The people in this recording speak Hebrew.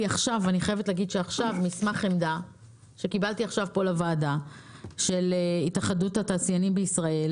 עכשיו מסמך עמדה של התאחדות התעשיינים בישראל,